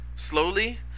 Slowly